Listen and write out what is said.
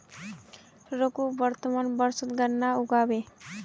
रघु वर्तमान वर्षत गन्ना उगाबे